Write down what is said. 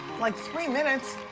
like three minutes.